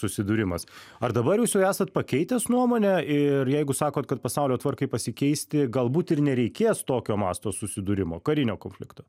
susidūrimas ar dabar jūs jau esat pakeitęs nuomonę ir jeigu sakot kad pasaulio tvarkai pasikeisti galbūt ir nereikės tokio masto susidūrimo karinio konflikto